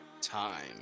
time